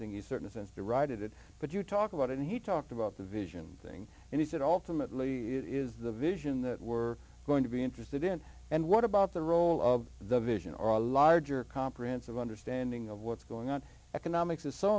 thing is certain a sense derided it but you talk about and he talked about the vision thing and he said all from at least it is the vision that we're going to be interested in and what about the role of the vision or a larger comprehensive understanding of what's going on economics is so